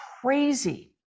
crazy